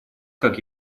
как